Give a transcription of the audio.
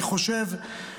אני חושב,